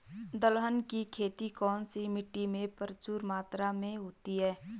दलहन की खेती कौन सी मिट्टी में प्रचुर मात्रा में होती है?